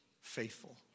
faithful